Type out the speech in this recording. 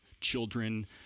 children